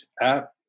app